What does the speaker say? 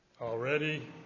Already